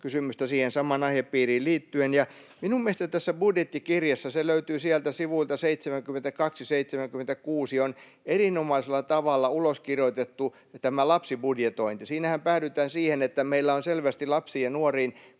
kysymystä siihen samaan aihepiiriin liittyen. Minun mielestäni tässä budjettikirjassa — se löytyy sieltä sivuilta 72—76 — on erinomaisella tavalla uloskirjoitettu tämä lapsibudjetointi. Siinähän päädytään siihen, että meillä on selvästi lapsiin ja nuoriin